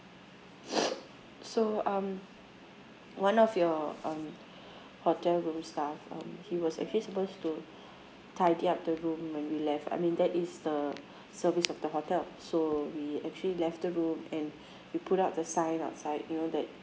so um one of your um hotel room staff um he was actually supposed to tidy up the room when we left I mean that is the service of the hotel so we actually left the room and we put up the sign outside you know that